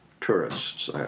tourists